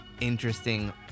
interesting